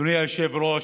אדוני היושב-ראש,